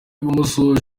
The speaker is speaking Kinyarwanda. ibumoso